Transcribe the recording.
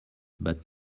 but